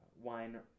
Wine